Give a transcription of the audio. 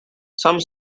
some